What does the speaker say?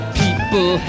people